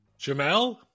Jamel